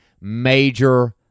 Major